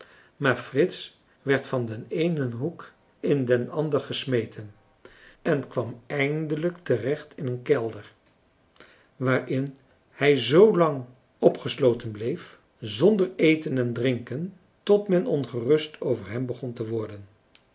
maar frits werd van den eenen hoek in den ander gesmeten en kwam eindelijk terecht in een kelder waarin hij zoolang opgesloten bleef zonder eten en drinken tot men ongerust over hem begon te worden